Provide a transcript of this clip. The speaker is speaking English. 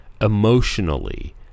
emotionally